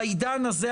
בעידן הזה,